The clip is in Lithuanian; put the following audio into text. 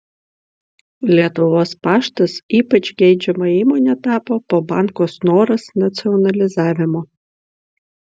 lietuvos paštas ypač geidžiama įmone tapo po banko snoras nacionalizavimo